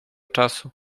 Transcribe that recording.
czasu